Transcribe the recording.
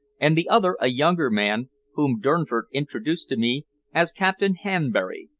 and the other a younger man whom durnford introduced to me as captain hanbury.